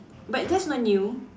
but that's not new